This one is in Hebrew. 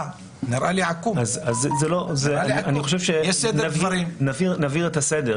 אני אומר: על מנת להקל על העובדים האלה,